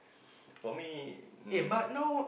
for me um